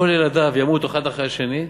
כל ילדיו ימותו אחד אחרי השני,